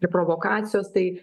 ir provokacijos tai